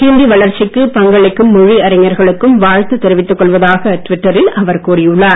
ஹிந்தி வளர்ச்சிக்கு பங்களிக்கும் மொழி அறிஞர்களுக்கும் வாழ்த்து தெரிவித்துக் கொள்வதாக டுவிட்டரில் அவர் கூறியுள்ளார்